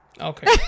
okay